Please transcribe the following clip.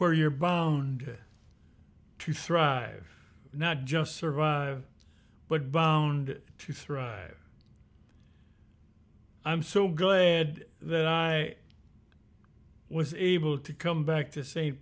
where you're bound to thrive not just survive but bound to thrive i'm so glad that i was able to come back to st